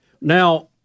now